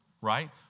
Right